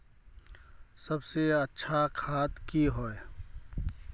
सबसे अच्छा खाद की होय?